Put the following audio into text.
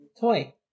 Toy